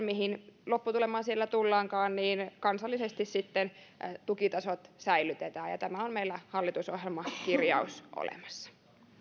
mihin lopputulemaan eu rahoituskehysneuvotteluissa tullaankaan kansallisesti sitten tukitasot säilytetään ja tästä on meillä hallitusohjelmakirjaus olemassa